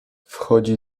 wchodzi